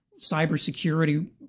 cybersecurity